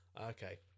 Okay